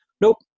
nope